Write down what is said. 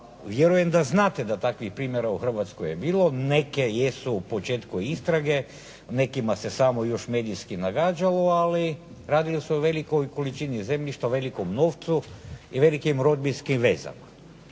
vjerujem da znate da takvih primjer a Hrvatskoj je bilo, neke jesu u početku istrage, nekima se samo još medijski nagađalo, ali radilo se o velikoj količini zemljišta, velikom novcu i velikim rodbinskim vezama.